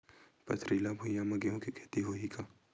पथरिला भुइयां म गेहूं के खेती होही का?